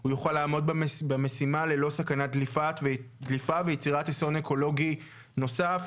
הוא יוכל לעמוד במשימה ללא סכנת דליפה ויצירת אסון אקולוגי נוסף,